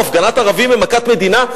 או הפגנות ערבים הן מכת מדינה,